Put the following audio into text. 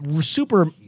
super